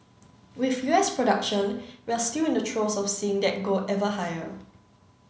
with U S production we're still in the throes of seeing that go ever higher